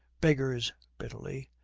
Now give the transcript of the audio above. beggars bitterly,